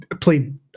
played